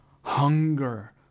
Hunger